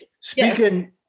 speaking